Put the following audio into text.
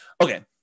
Okay